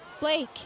Blake